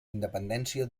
independència